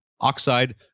oxide